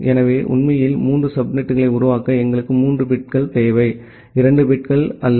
எனவே உண்மையில் மூன்று சப்நெட்களை உருவாக்க எங்களுக்கு 3 பிட்கள் தேவை 2 பிட்கள் அல்ல